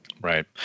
Right